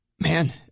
Man